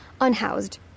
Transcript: unhoused